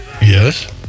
Yes